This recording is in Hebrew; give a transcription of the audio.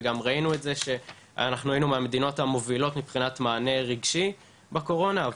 וגם ראינו את זה שהיינו מהמדינות המובילות מבחינת מענה רגשי לקורונה,